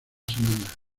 semana